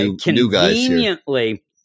conveniently